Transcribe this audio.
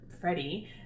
Freddie